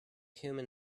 human